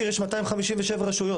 הדברים האלה ימשיכו.